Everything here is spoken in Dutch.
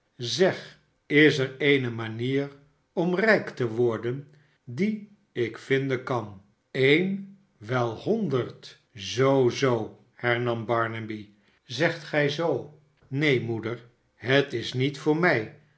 szeg is er eene manier om rijk te worden die ik vinden kan seen wel honderd zoo hernam barnaby szegt gij zoo neen moeder het is niet voor mij